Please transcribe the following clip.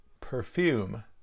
perfume